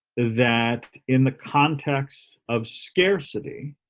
that in the context of scarcity